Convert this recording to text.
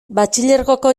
batxilergoko